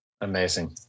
amazing